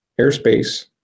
airspace